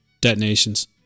detonations